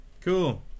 cool